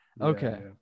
okay